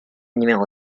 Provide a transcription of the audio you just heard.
numéro